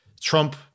Trump